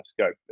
scope